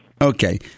Okay